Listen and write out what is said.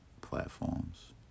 platforms